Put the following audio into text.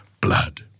blood